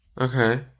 Okay